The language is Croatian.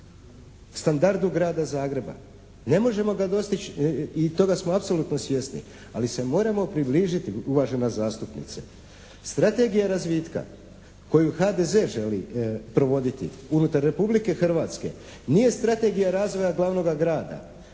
standardu Grada Zagreba. Ne možemo ga dostići i toga smo apsolutno svjesni ali se moramo približiti, uvažena zastupnice. Strategija razvitka koju HDZ želi provoditi unutar Republike Hrvatske nije strategija razvoja glavnoga grada